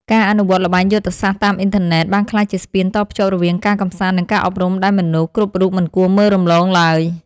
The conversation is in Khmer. ការអនុវត្តល្បែងយុទ្ធសាស្ត្រតាមអ៊ីនធឺណិតបានក្លាយជាស្ពានតភ្ជាប់រវាងការកម្សាន្តនិងការអប់រំដែលមនុស្សគ្រប់រូបមិនគួរមើលរំលងឡើយ។